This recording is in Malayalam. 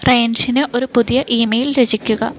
റയൻഷിന് ഒരു പുതിയ ഈമെയിൽ രചിക്കുക